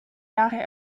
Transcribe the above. jahre